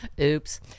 Oops